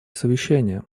совещания